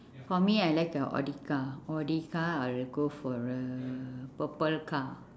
for me I like a audi car audi car I'll go for uhh purple car